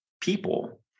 people